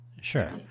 Sure